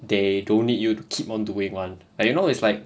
they don't need you to keep on doing [one] like you know it's like